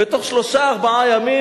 ובתוך שלושה-ארבעה ימים,